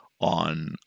on